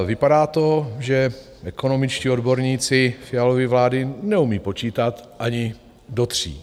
Vypadá to, že ekonomičtí odborníci Fialovy vlády neumí počítat ani do tří.